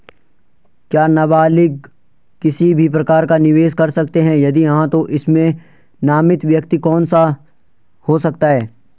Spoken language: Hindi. क्या नबालिग किसी भी प्रकार का निवेश कर सकते हैं यदि हाँ तो इसमें नामित व्यक्ति कौन हो सकता हैं?